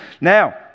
Now